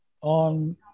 on